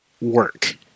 work